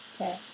Okay